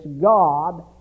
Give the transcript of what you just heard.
God